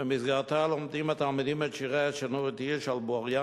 ובמסגרתה לומדים התלמידים את שיריה של נורית הירש על בוריים